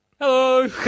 Hello